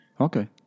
Okay